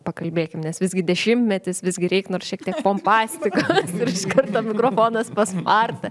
pakalbėkim nes visgi dešimtmetis visgi reik nors šiek tiek pompastiką ir iškarto mikrofonas pas martą